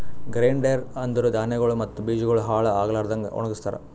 grain dryer ಅಂದುರ್ ಧಾನ್ಯಗೊಳ್ ಮತ್ತ ಬೀಜಗೊಳ್ ಹಾಳ್ ಆಗ್ಲಾರದಂಗ್ ಒಣಗಸ್ತಾರ್